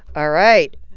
all right.